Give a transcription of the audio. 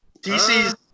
DC's